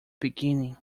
beginning